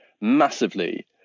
massively